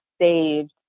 saved